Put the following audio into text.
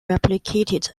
replicated